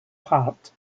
part